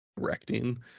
directing